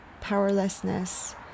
powerlessness